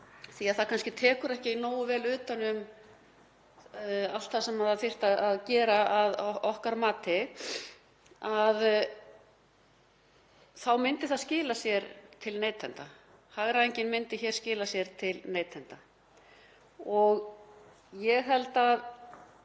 því það tekur kannski ekki nógu vel utan um allt það sem þyrfti að gera að okkar mati — þá myndi það skila sér til neytenda. Hagræðingin myndi hér skila sér til neytenda. Ég held að